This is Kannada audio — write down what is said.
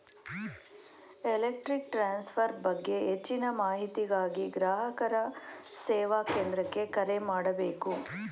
ಎಲೆಕ್ಟ್ರಿಕ್ ಟ್ರಾನ್ಸ್ಫರ್ ಬಗ್ಗೆ ಹೆಚ್ಚಿನ ಮಾಹಿತಿಗಾಗಿ ಗ್ರಾಹಕರ ಸೇವಾ ಕೇಂದ್ರಕ್ಕೆ ಕರೆ ಮಾಡಬೇಕು